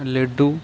laddu